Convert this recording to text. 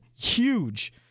huge